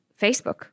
Facebook